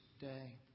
Day